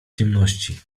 ciemności